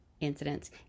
incidents